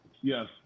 Yes